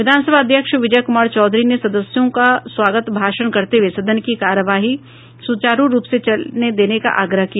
विधानसभा अध्यक्ष विजय कुमार चौधरी ने सदस्यों का स्वागत भाषण करते हुए सदन की कार्यवाही सुचारू रूप से चलने देने का आग्रह किया